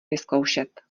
vyzkoušet